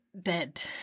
dead